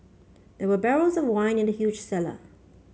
there were barrels of wine in the huge cellar